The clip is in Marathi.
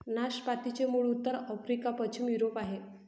नाशपातीचे मूळ उत्तर आफ्रिका, पश्चिम युरोप आहे